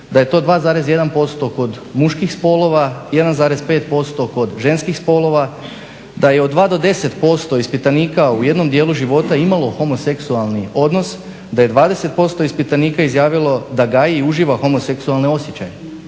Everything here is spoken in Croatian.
Da je to 2,1% kod muških spolova, 1,5% kod ženskih spolova. Da je od 2 do 10% ispitanika u jednom dijelu života imalo homoseksualni odnos, da je 20% ispitanika izjavilo da gaji i uživa homoseksualne osjećaje.